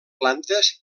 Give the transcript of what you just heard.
plantes